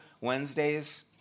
wednesdays